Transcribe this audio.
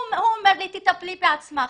הוא אומר לי שאני אטפל בעצמי.